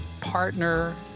partner